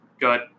Good